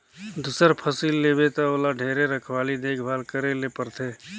दूसर फसिल लेबे त ओला ढेरे रखवाली देख भाल करे ले परथे